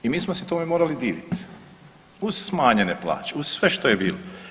I mi smo se tome morali diviti, uz smanjene plaće, uz sve što je bilo.